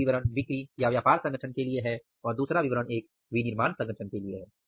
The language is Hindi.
एक विवरण बिक्री या व्यापार संगठन के लिए है और दूसरा विवरण एक विनिर्माण संगठन के लिए है